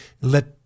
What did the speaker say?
let